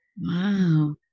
Wow